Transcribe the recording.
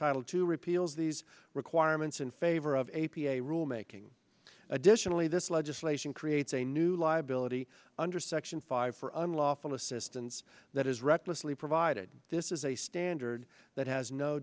title to repeal these requirements in favor of a p a rule making additionally this legislation creates a new liability under section five for unlawful assistance that is recklessly provided this is a standard that has no